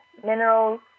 minerals